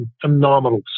phenomenal